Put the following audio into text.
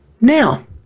Now